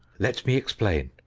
let me explain.